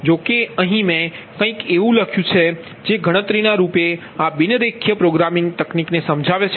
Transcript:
જોકે અહીં મેં કંઇક એવું લખ્યું છે જે ગણતરીના રૂપે આ બિન રેખીય પ્રોગ્રામિંગ તકનીક છે